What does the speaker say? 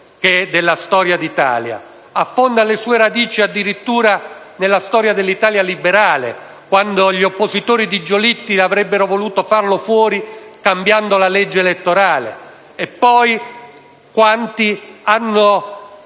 che è della storia d'Italia e che affonda le sue radici addirittura nella stagione dell'Italia liberale, quando gli oppositori di Giolitti avrebbero voluto farlo fuori cambiando la legge elettorale e, poi,